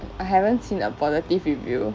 I I haven't seen a positive review